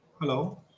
Hello